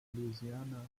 louisiana